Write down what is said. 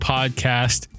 Podcast